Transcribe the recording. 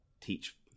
Teach